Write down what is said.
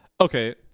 okay